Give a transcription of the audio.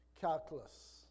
calculus